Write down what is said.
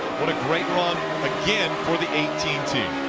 what a great run again for the eighteen team.